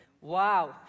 Wow